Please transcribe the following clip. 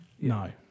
No